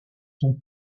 sont